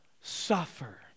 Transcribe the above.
suffer